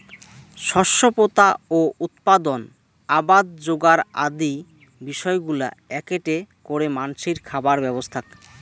শস্য পোতা ও উৎপাদন, আবাদ যোগার আদি বিষয়গুলা এ্যাকেটে করে মানষির খাবার ব্যবস্থাক